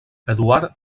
eduard